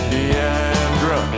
Deandra